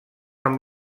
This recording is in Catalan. amb